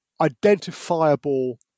identifiable